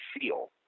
feel